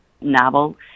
novel